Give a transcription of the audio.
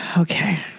Okay